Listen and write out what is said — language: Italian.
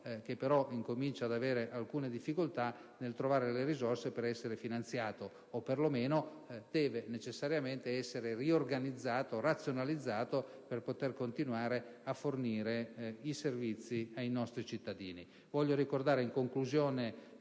che però comincia ad avere difficoltà nel trovare le risorse per essere finanziato: perlomeno deve necessariamente essere riorganizzato e razionalizzato per poter continuare a fornire i servizi ai nostri cittadini. Voglio ricordare, in conclusione